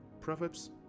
Proverbs